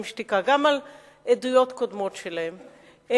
שתיקה" גם על עדויות קודמות שלהם,